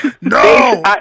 no